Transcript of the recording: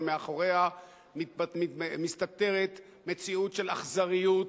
אבל מאחוריו מסתתרת מציאות של אכזריות